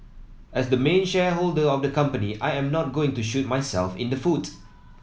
as the main shareholder of the company I am not going to shoot myself in the foot